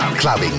Clubbing